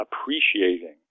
appreciating